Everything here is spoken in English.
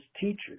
teachers